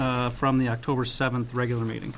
from the october seventh regular meeting